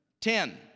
Ten